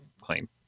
claim